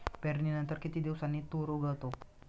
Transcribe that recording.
पेरणीनंतर किती दिवसांनी तूर उगवतो?